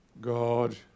God